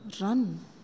run